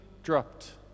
dropped